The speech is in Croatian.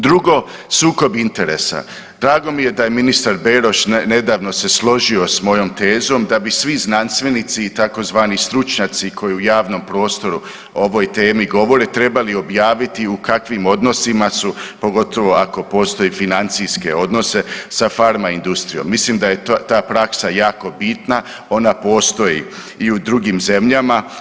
Drugo, sukob interesa, drago mi je da je ministar Beroš nedavno se složio s mojom tezom da bi svi znanstvenici i tzv. stručnjaci koji u javnom prostoru o ovoj temi govore trebali objaviti u kakvim odnosima su, pogotovo ako postoji financijske odnose sa farma industrijom, mislim da je ta praksa jako bitna, ona postoji i u drugim zemljama.